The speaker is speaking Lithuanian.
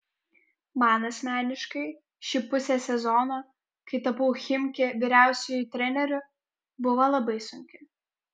man asmeniškai ši pusė sezono kai tapau chimki vyriausiuoju treneriu buvo labai sunki